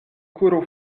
kuro